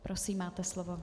Prosím, máte slovo.